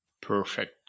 Perfect